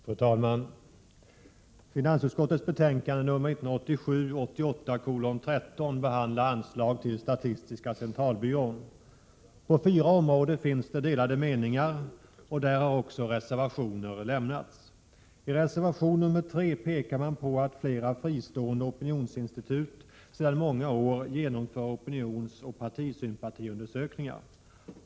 Fru talman! Finansutskottets betänkande 1987/88:13 behandlar anslag till statistiska centralbyrån. På fyra områden finns delade meningar, och där har också reservationer lämnats. I reservation nr 3 pekar man på att flera fristående opinionsinstitut sedan många år genomför opinionsoch partisympatiundersökningar.